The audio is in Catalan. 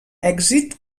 èxit